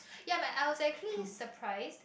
ya my I was actually surprised